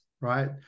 right